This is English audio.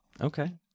okay